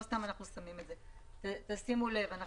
שימו לב,